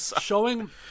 showing